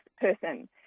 person